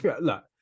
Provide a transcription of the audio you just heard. look